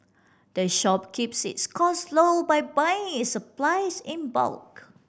the shop keeps its costs low by buying its supplies in bulk